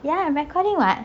ya I'm recording [what]